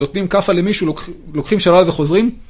נותנים כפה למישהו, לוקחים שלל וחוזרים.